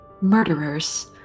murderers